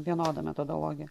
vienoda metodologija